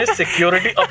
security